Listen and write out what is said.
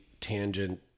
tangent